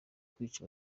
kwica